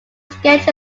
sketch